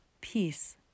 peace